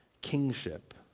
kingship